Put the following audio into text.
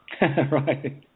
Right